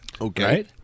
Okay